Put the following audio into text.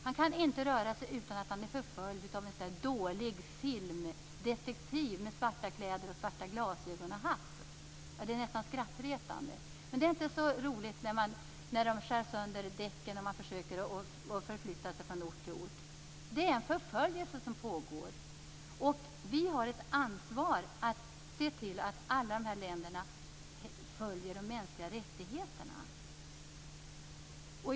Han kan inte röra sig ute utan att bli förföljd av en dåligt exempel på en filmdetektiv med svarta kläder, glasögon och hatt. Det är nästan skrattretande. Men det är inte så roligt när de skär sönder däcken så att det inte går att förflytta sig. Det är fråga om förföljelse. Vi har ett ansvar att se till att alla dessa länder lever upp till de mänskliga rättigheterna.